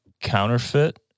Counterfeit